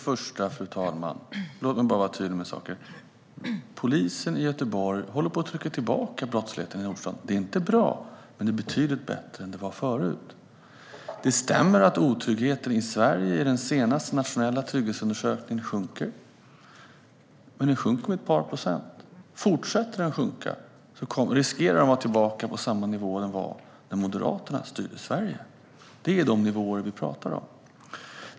Fru talman! Låt mig vara tydlig: Polisen i Göteborg håller på att trycka tillbaka brottsligheten i Nordstan. Det är inte bra där, men det är betydligt bättre än det var förut. Det stämmer att tryggheten i Sverige sjunker, enligt den senaste nationella trygghetsundersökningen. Men den sjunker med ett par procent. Fortsätter den att sjunka finns det risk att den är tillbaka på samma nivå som när Moderaterna styrde Sverige. Det är de nivåer vi pratar om.